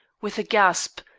with a gasp,